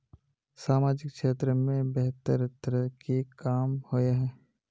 सामाजिक क्षेत्र में बेहतर तरह के काम होय है?